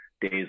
days